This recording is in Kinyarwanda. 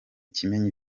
kimenyi